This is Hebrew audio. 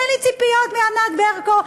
אין לי ציפיות מענת ברקו,